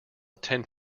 attend